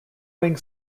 wing